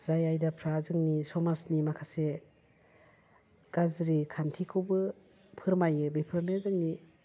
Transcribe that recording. जाय आयदाफ्रा जोंनि समाजनि माखासे गाज्रि खान्थिखौबो फोरमायो बेफोरनो जोंनि